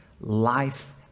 life